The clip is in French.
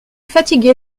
fatigué